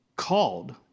called